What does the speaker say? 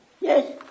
Yes